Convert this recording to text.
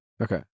Okay